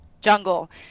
jungle